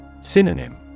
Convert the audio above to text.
Synonym